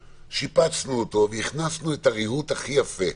שיפצנו אותו והכנסנו את הריהוט הכי יפה.